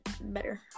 better